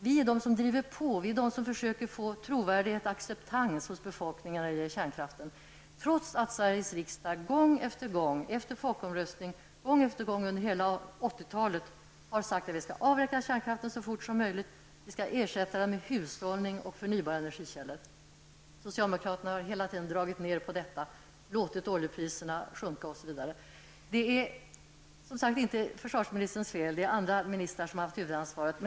Det är vi som driver på och försöker få trovärdighet och acceptans hos befolkningen när det gäller kärnkraften, trots att Sveriges riksdag efter folkomröstningen gång efter gång, under hela 80 talet, har sagt att kärnkraften skall avvecklas så fort som möjligt och ersättas med hushållning och förnybara energikällor. Socialdemokraterna har hela tiden dragit ner på detta, låtit oljepriserna sjunka osv. Detta är som sagt inte försvarsministerns fel. Det är andra ministrar som har haft huvudansvaret.